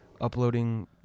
uploading